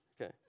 okay